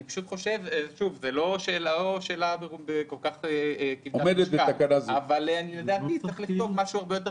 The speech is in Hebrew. זה שאלה לא כל כך כבדת משקל אבל לדעתי צריך לכתוב משהו הרבה יותר